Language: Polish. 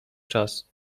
czas